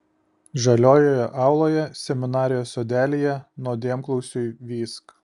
žaliojoje auloje seminarijos sodelyje nuodėmklausiui vysk